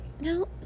No